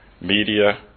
media